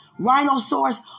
rhinosaurs